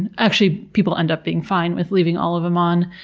and actually, people end up being fine with leaving all of them on.